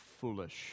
foolish